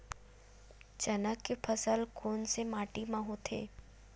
चना के फसल कोन से माटी मा होथे?